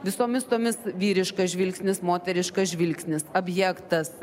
visomis tomis vyriškas žvilgsnis moteriškas žvilgsnis objektas